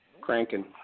cranking